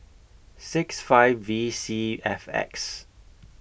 six five V C F X